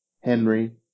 Henry